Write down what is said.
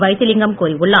வைத்திலிங்கம் கூறியுள்ளார்